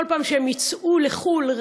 בכל פעם שהם ייצאו לחו"ל,